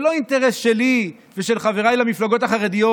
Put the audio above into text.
זה לא אינטרס שלי ושל חבריי למפלגות החרדיות.